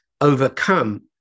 overcome